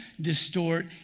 distort